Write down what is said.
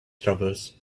travels